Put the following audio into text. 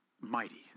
Mighty